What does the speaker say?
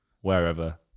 wherever